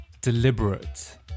deliberate